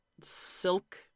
silk